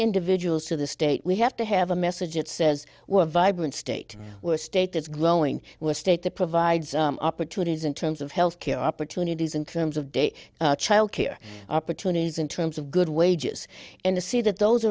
individuals to the state we have to have a message that says we're a vibrant state we're a state that's glowing state that provides opportunities in terms of health care opportunities in terms of day childcare opportunities in terms of good wages and the see that those